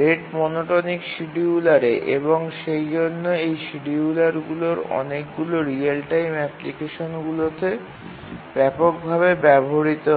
rate monotonic শিডিয়ুলারে এবং সেইজন্য এই শিডিয়ুলারগুলি অনেকগুলি রিয়েল টাইম অ্যাপ্লিকেশনগুলিতে ব্যাপকভাবে ব্যবহৃত হয়